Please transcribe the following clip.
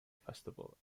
festival